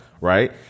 Right